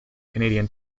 canadian